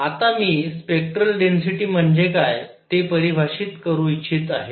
आता मी spectral density म्हणजे काय ते परिभाषित करू इच्छित आहे